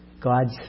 God's